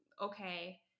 okay